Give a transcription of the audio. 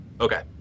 Okay